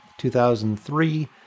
2003